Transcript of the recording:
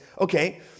okay